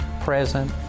present